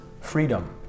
freedom